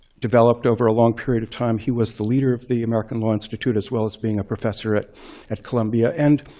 developed over a long period of time. he was the leader of the american law institute, as well as being a professor at at columbia. and